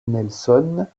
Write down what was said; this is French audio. nelson